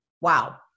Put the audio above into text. Wow